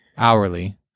hourly